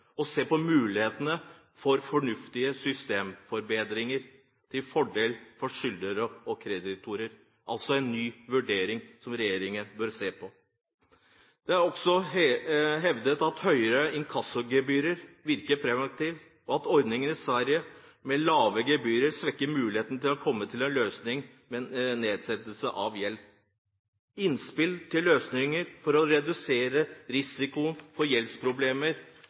og se på mulighetene for fornuftige systemforbedringer, til fordel for både skyldnere og kreditorer – altså en ny vurdering, som regjeringen burde se på. Det er også hevdet at høyere innkassogebyrer virker preventivt, og at ordningen i Sverige med lave gebyrer svekker muligheten for å komme fram til en løsning med nedsettelse av gjeld. Det er kommet innspill om at mangel på informasjon kan bidra til